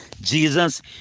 jesus